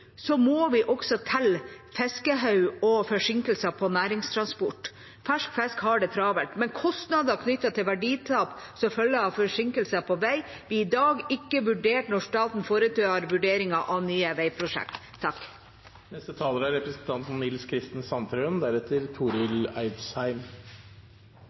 må vi også telle fiskehoder og forsinkelser på næringstransport. Fersk fisk har det travelt. Men kostnader knyttet til verditap som følge av forsinkelser på vei, blir i dag ikke vurdert når staten foretar vurderinger av nye